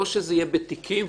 לא שזה יהיה בתיקים,